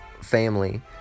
family